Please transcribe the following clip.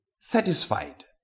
satisfied